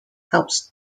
helps